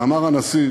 ואמר הנשיא